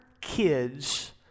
kids